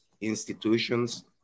institutions